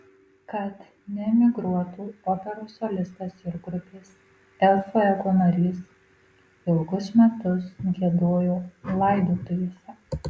kad neemigruotų operos solistas ir grupės el fuego narys ilgus metus giedojo laidotuvėse